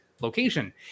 Location